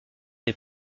des